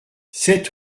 sept